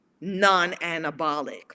non-anabolic